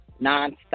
nonstop